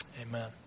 Amen